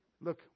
Look